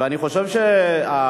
אני חושב שהפרקליטות,